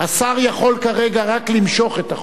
השר יכול כרגע רק למשוך את החוק.